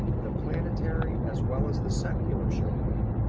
the planetary as well as the secular chopin.